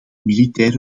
militaire